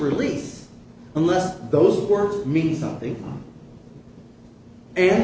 release unless those words mean something and